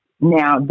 Now